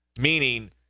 Meaning